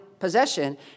Possession